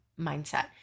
mindset